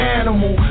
animal